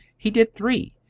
he did three,